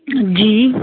جی